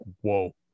Whoa